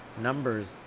numbers